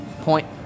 point